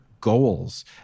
goals